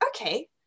okay